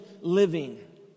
living